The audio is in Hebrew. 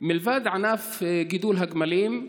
מלבד ענף גידול הגמלים,